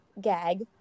gag